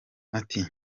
ati